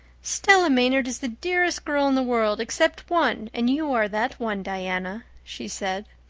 stella maynard is the dearest girl in the world except one and you are that one, diana, she said.